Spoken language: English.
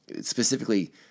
specifically